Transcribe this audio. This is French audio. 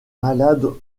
malade